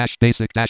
basic